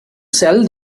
sell